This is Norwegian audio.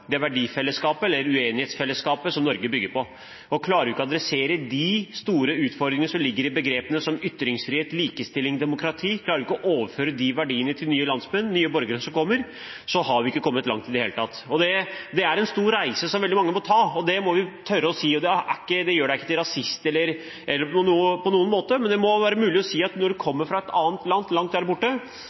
Norge bygger på. Klarer vi ikke å adressere de store utfordringene som ligger i begreper som «ytringsfrihet», «likestilling» og «demokrati», og klarer vi ikke å overføre de verdiene til nye landsmenn og borgere som kommer hit, har vi ikke kommet langt i det hele tatt. Det er en stor reise som veldig mange må ta, og det må vi tørre å si. Det gjør en ikke til rasist på noen måte, men det må være mulig å si at når man kommer fra et annet land, langt der borte